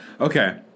okay